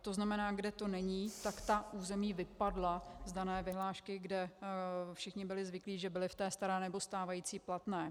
To znamená, kde to není, tak ta území vypadla z dané vyhlášky, kde všichni byli zvyklí, že byli v té staré, nebo stávající platné.